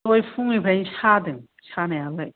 दहाय फुंनिफ्रायनो सादों सानायालाय